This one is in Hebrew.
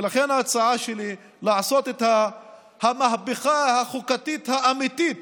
ולכן ההצעה שלי: לעשות את המהפכה החוקתית האמיתית